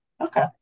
Okay